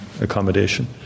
accommodation